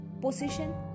position